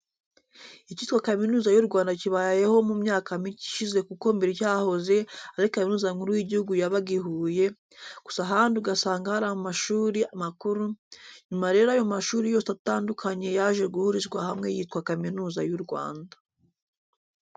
Icyitwa kaminuza y'u Rwanda kibayeho mu myaka mike ishize kuko mbere cyahoze ari kaminuza nkuru y'igihugu yabaga i Huye, gusa ahandi ugasanga ari amashuri makuru, nyuma rero ayo mashuri yose atandukanye yaje guhurizwa hamwe yitwa kaminuza y'u Rwanda.